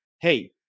Hey